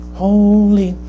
holy